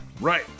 Right